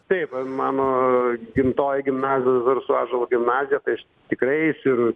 taip mano gimtoji gimnazija zarasų ąžuolo gimnazija tai aš tikrai eisiu ir